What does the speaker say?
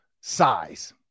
size